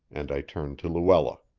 and i turned to luella.